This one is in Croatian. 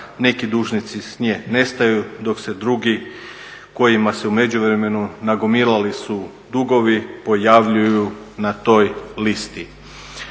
neki dužnici s nje nestaju dok se drugi kojima se u međuvremenu nagomilali su dugovi pojavljuju na toj listi.